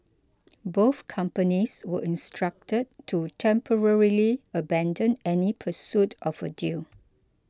both companies were instructed to temporarily abandon any pursuit of a deal